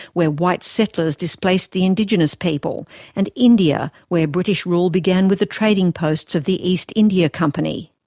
where white settlers displaced the indigenous people and india, where british rule began with the trading posts of the east india company.